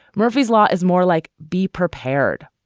murphy's law is more like be prepared